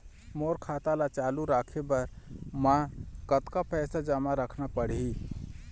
मोर खाता ला चालू रखे बर म कतका पैसा जमा रखना पड़ही?